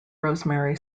rosemary